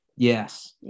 Yes